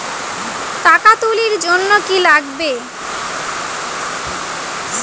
টাকা তুলির জন্যে কি লাগে?